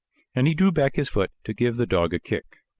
and he drew back his foot to give the dog a kick.